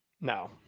no